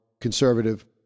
conservative